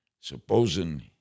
supposing